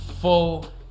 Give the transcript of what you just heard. full